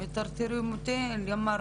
מטרטרים אותי בין ימ"ר